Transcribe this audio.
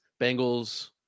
Bengals